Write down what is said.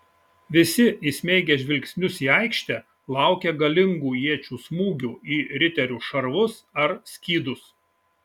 visi įsmeigę žvilgsnius į aikštę laukė galingų iečių smūgių į riterių šarvus ar skydus